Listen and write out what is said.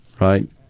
right